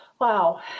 Wow